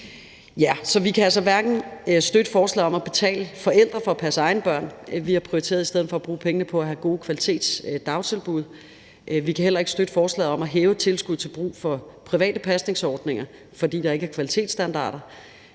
vi kan altså ikke støtte forslaget om at betale forældrene for at passe deres egne børn – vi har i stedet for prioriteret at bruge pengene på at have gode kvalitetsdagtilbud – og vi kan heller ikke støtte forslaget om at hæve tilskuddet til brug for private pasningsordninger, fordi der ikke er kvalitetsstandarder.